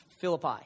Philippi